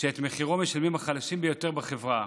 שאת מחירו משלמים החלשים ביותר בחברה.